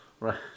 right